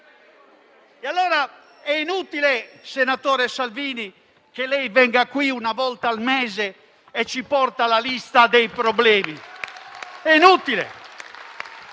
Allora, è inutile, senatore Salvini, che venga qui una volta al mese e ci porti la lista dei problemi.